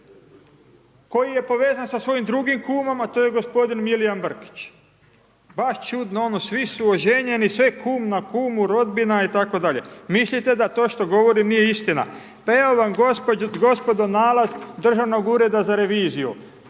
Koji je povezan sa svojim drugim kumom, a to je gospodin Milijan Brkić. Baš čudno, ono, svi su oženjeni, sve kum na kumu, rodbina i tako dalje. Mislite da to što govorim nije istina? Pa evo vam gospodo nalaz Državnog ureda za reviziju,